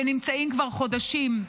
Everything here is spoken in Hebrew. שנמצאים כבר חודשים,